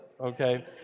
okay